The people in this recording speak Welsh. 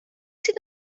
sydd